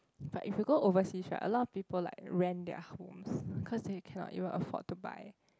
but if you go overseas right a lot of people like rent their homes because they cannot even afford to buy